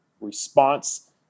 response